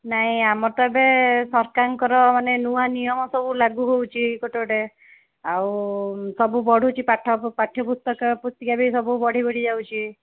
ନାହିଁ ଆମର ତ ଏବେ ସରକାରଙ୍କର ମାନେ ନୂଆ ନିୟମ ସବୁ ଲାଗୁ ହେଉଛି ଗୋଟେ ଗୋଟେ ଆଉ ସବୁ ବଢ଼ୁଛି ପାଠ ପାଠ୍ୟ ପୁସ୍ତକ ପୁସ୍ତିକା ବି ସବୁ ବଢ଼ି ବଢ଼ି ଯାଉଛି